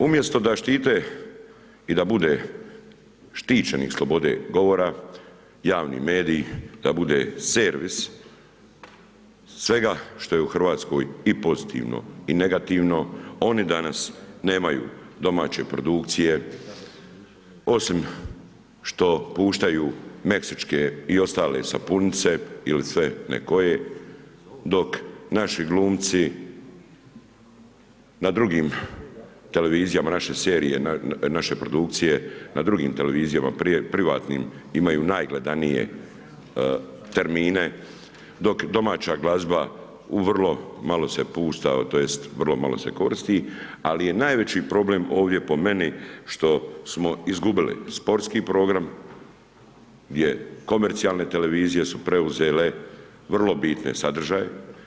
Umjesto da štite i da bude štićenih slobode govora, javni mediji da bude servis svega što je u Hrvatskoj i pozitivno i negativno oni danas nemaju domaće produkcije osim što puštaju meksičke i ostale sapunice il sve nekoje dok naši glumci na drugim televizijama naše serije, naše produkcije na drugim televizijama privatnim imaju najgledanije termine, dok domaća glazba u vrlo malo se pušta tj. vrlo se malo koristi, ali je najveći problem ovdje po meni što smo izgubili sportski program gdje komercijalne televizije su preuzele vrlo bitne sadržaje.